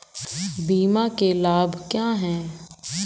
बीमा के लाभ क्या हैं?